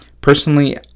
Personally